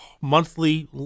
monthly